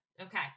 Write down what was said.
Okay